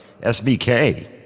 SBK